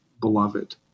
beloved